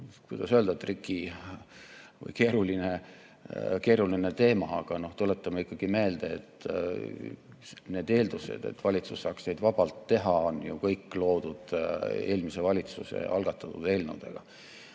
kuidas öelda, trickyvõi keeruline teema. Aga tuletame meelde: need eeldused, et valitsus saaks neid vabalt teha, on ju kõik loodud eelmise valitsuse algatatud eelnõudega.